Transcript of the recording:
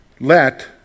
Let